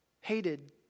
hated